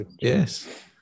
Yes